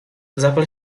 zapal